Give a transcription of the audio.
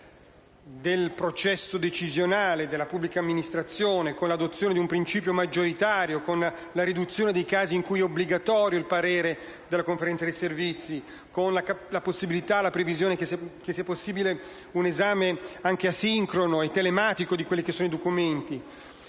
bottiglia del processo decisionale della pubblica amministrazione - con l'adozione di un principio maggioritario, con la riduzione dei casi in cui è obbligatorio il parere della Conferenza dei servizi e con la previsione della possibilità di un esame anche asincrono e telematico dei documenti,